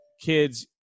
kids